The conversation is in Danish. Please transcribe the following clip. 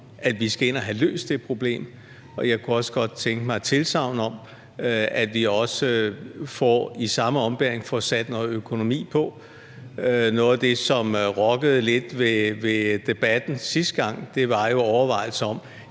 at vi skal have løst det problem, men jeg kunne også godt tænke mig et tilsagn om, at vi også i samme ombæring får sat noget økonomi på. Noget af det, som rokkede lidt ved debatten sidste gang, var jo overvejelser om,